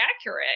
accurate